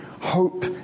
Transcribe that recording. Hope